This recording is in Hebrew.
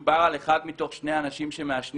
מדובר על אחד מתוך שני אנשים שמעשנים,